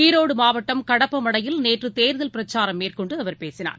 ஈரோடுமாவட்டம் கடப்பமடையில் நேற்றுதேர்தல் பிரச்சாரம் மேற்கொண்டுஅவர் பேசினார்